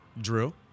Drew